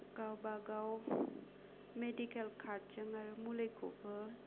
गावबागाव मेडिकेल कार्डजों आरो मुलिखौबो